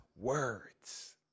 words